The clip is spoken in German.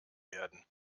werden